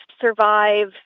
survive